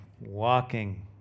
walking